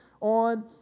on